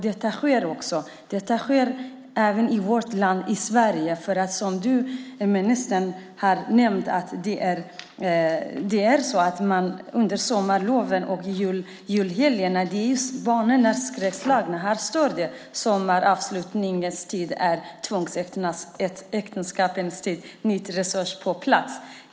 Detta sker även i vårt land, i Sverige. Som ministern nämnde är många barn skräckslagna under sommarloven och julhelgerna. Till stor del är sommaravslutningens tid tvångsäktenskapens tid. Det behövs nya resurser på plats.